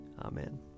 Amen